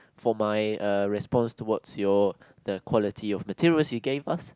for my uh response towards your the quality of materials you gave us